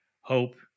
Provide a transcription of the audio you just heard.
hope